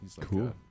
Cool